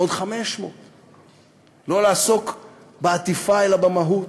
עוד 500. לא לעסוק בעטיפה, אלא במהות.